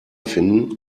finden